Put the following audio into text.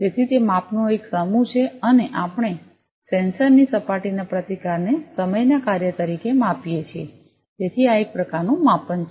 તેથી તે માપનો એક સમૂહ છે અને આપણે સેન્સરની સપાટીના પ્રતિકારને સમયના કાર્ય તરીકે માપીએ છીએ તેથી આ એક પ્રકારનું માપન છે